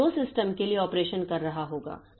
तो जो सिस्टम के लिए ऑपरेशन कर रहा होगा